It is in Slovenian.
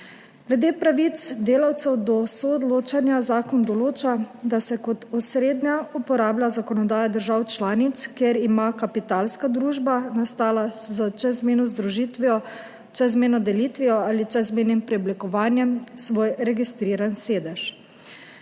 Glede pravic delavcev do soodločanja zakon določa, da se kot osrednja uporablja zakonodaja držav članic, kjer ima kapitalska družba, nastala s čezmejno združitvijo, čezmejno delitvijo ali čezmejnim preoblikovanjem, svoj registriran sedež.